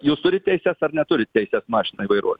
jūs turit teises ar neturit teises mašinai vairuot